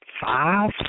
five